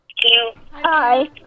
Hi